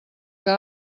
que